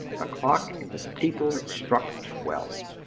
the clock in the steeple struck twelve.